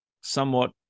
somewhat